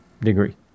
degree